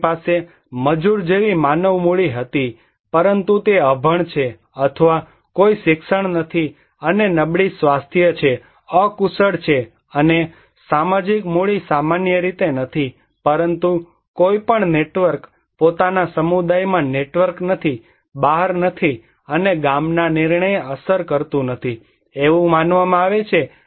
તેની પાસે મજૂર જેવી માનવ મૂડી હતી પરંતુ તે અભણ છે અથવા કોઈ શિક્ષણ નથી અને નબળી સ્વાસ્થ્ય છે અકુશળ છે અને સામાજિક મૂડી સામાન્ય રીતે નથી પરંતુ કોઈ પણ નેટવર્ક પોતાના સમુદાયમાં નેટવર્ક નથી બહાર નથી અને ગામના નિર્ણયને અસર કરી શકતું નથી એવું માનવામાં આવે છે